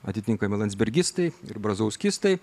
atitinkami landsbergistai ir brazauskistai